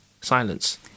silence